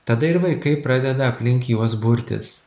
tada ir vaikai pradeda aplink juos burtis